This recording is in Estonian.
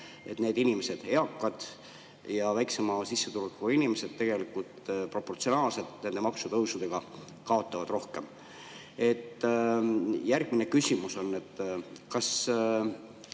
et need inimesed, eakad ja väiksema sissetulekuga inimesed, tegelikult proportsionaalselt nende maksutõusudega kaotavad rohkem. Järgmine küsimus on: kas